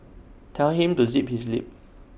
tell him to zip his lip